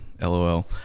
LOL